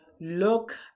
look